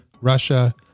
Russia